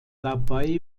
dabei